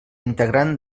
integrant